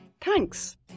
thanks